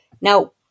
Now